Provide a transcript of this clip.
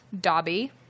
dobby